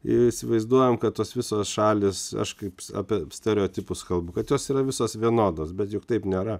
įsivaizduojam kad tos visos šalys aš kaip apie stereotipus kalbu kad jos yra visos vienodos bet juk taip nėra